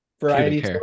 variety